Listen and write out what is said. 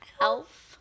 Elf